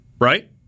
right